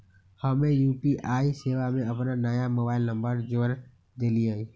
हम्मे यू.पी.आई सेवा में अपन नया मोबाइल नंबर जोड़ देलीयी